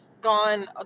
gone